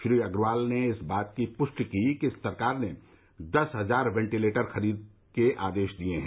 श्री अग्रवाल ने इस बात की पुष्टि की कि सरकार ने दस हजार वेंटिलेटर की खरीद के आदेश दिए हैं